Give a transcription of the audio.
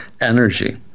energy